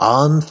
on